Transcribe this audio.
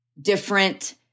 different